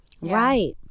right